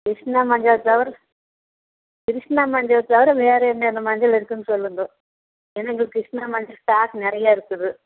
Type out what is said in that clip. கிருஷ்ணா மஞ்சள் தவிர கிருஷ்ணா மஞ்சளை தவிர வேற என்னென்ன மஞ்சள் இருக்குன்னு சொல்லுங்கள் ஏன்னா இங்கே கிருஷ்ணா மஞ்சள் ஸ்டாக் நிறையா இருக்குது